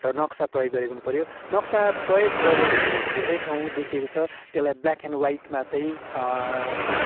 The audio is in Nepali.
र नक्सा प्रयोग गरिएको हुनुपर्यो नक्सा प्रयोग गरे पनि धेरै ठाउँ देखिएको छ त्यसलाई ब्लाक एन्ड वाइटमा चाहिँ